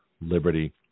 liberty